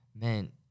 Meant